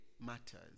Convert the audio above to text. matters